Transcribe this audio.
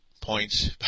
Points